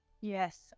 Yes